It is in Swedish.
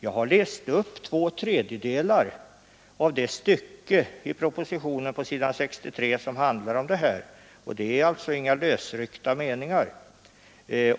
Jag har läst upp två tredjedelar av det stycket i propositionen på s. 63 som handlar om denna fråga. Det var alltså inga lösryckta meningar.